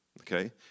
okay